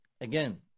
Again